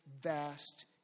vast